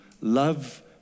love